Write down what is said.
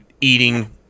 eating